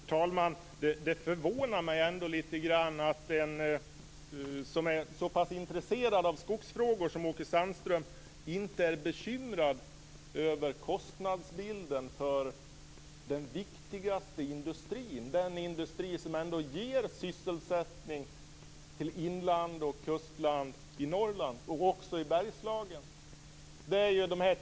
Fru talman! Det förvånar mig ändå lite grand att en person som är så intresserad av skogsfrågor som Åke Sandström inte är bekymrad över kostnadsbilden för den viktigaste industrin, den som ger sysselsättning i Norrlands kustland och inland och även i Bergslagen.